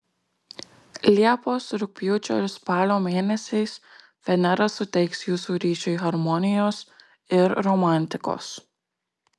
liepos rugpjūčio ir spalio mėnesiais venera suteiks jūsų ryšiui harmonijos ir romantikos